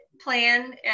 plan